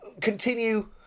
continue